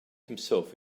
himself